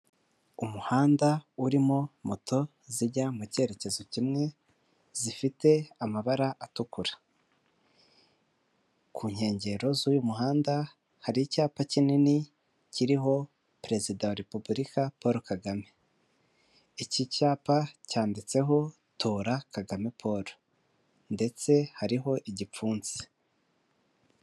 Umuhanda urimo moto zijya mu cyerekezo kimwe zifite amabara atukura, ku nkengero z'uyu muhanda hari icyapa kinini kiriho Perezida wa Repubulika Paul KAGAME. Iki cyapa cyanditseho tora KAGAME Paul ndetse hariho igipfunsi.